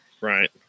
right